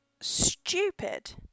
stupid